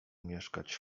mieszkać